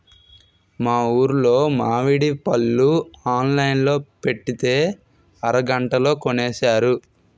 మా ఊరులో మావిడి పళ్ళు ఆన్లైన్ లో పెట్టితే అరగంటలో కొనేశారు